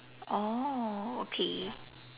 oh okay